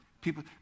People